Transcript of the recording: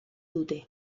dute